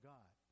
God